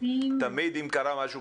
תמיד אם קרה משהו,